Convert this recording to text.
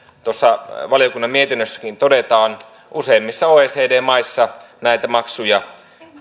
tuossa valiokunnan mietinnössäkin todetaan useimmissa oecd maissa näitä maksuja